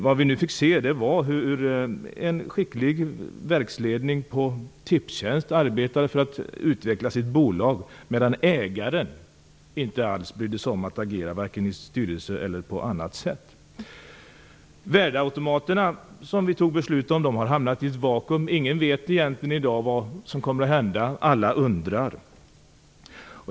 Vad vi fått se är hur en skicklig verksledning på Tipstjänst arbetade för att utveckla sitt bolag, medan ägaren inte alls brydde sig om att agera vare sig i styrelse eller på annat sätt. Värdeautomaterna, som vi fattade ett beslut om, har hamnat i ett vakuum. Ingen vet egentligen i dag vad som kommer att hända. Alla undrar.